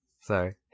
sorry